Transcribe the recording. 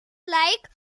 like